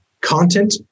content